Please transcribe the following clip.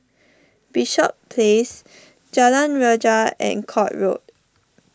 Bishops Place Jalan Rajah and Court Road